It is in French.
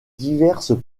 diverses